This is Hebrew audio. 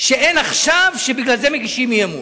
שאין עכשיו ובגלל זה מגישים הצעת אי-אמון?